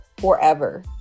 forever